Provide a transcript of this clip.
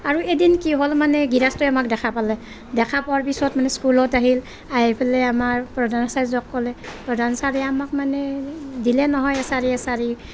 আৰু এদিন কি হ'ল মানে গৃহস্থই আমাক দেখা পালে দেখা পোৱাৰ পিছত মানে স্কুলত আহিল আহি পেলাই আমাৰ প্ৰধান আচাৰ্যক ক'লে প্ৰধান চাৰে আমাক মানে দিলে নহয় এচাৰি এচাৰি